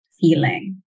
feeling